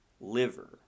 liver